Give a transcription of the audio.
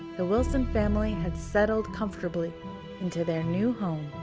the wilson family had settled comfortably into their new home,